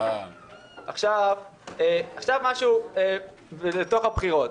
עכשיו משהו אל תוך הבחירות.